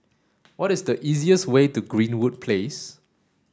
what is the easiest way to Greenwood Place